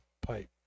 pipe